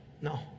No